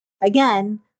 again